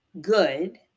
good